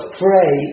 pray